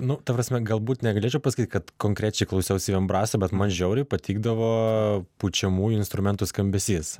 nu ta prasme galbūt negalėčiau pasakyt kad konkrečiai klausiausi vien braso bet man žiauriai patikdavo pučiamųjų instrumentų skambesys